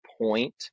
point